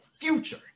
future